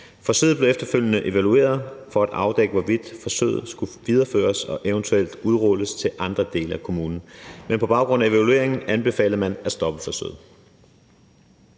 Forsøget blev efterfølgende evalueret for at afdække, hvorvidt forsøget skulle videreføres og eventuelt udrulles til andre dele af kommunen, men på baggrund af evalueringen anbefalede man at stoppe forsøget.